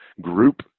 group